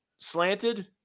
slanted